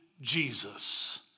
Jesus